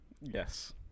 yes